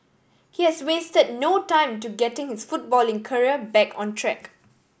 he has wasted no time to getting his footballing career back on track